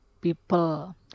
people